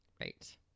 Right